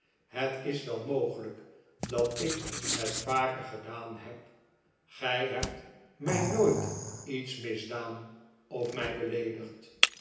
het is wel mogelijk dat ik het vaker gedaan heb gij hebt mij nooit iets misdaan of mij beleedigd